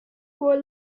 were